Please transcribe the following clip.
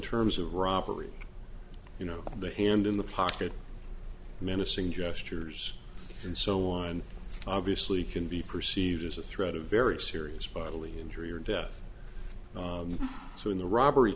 terms of robbery you know the hand in the part that menacing gestures and so on obviously can be perceived as a threat a very serious bodily injury or death so in the robbery